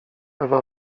ewa